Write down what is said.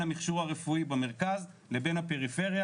המכשור הרפואי במרכז לבין הפריפריה.